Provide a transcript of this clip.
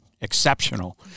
exceptional